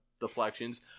deflections